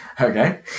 Okay